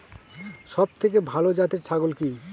সবথেকে ভালো জাতের ছাগল কি?